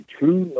True